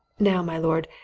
now, my lord,